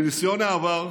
מניסיון העבר,